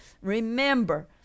remember